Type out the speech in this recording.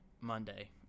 monday